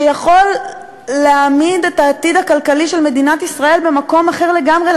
שיכול להעמיד את העתיד הכלכלי של מדינת ישראל במקום אחר לגמרי,